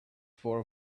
for